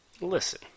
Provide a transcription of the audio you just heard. Listen